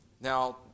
Now